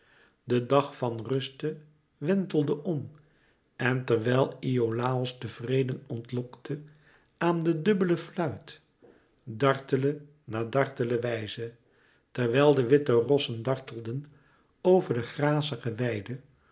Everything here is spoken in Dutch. de dag van ruste wentelde om en terwijl iolàos tevreden ontlokte aan de dubbele fluit dartele na dartele wijze terwijl de witte rossen dartelden over de grazige weide